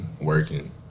working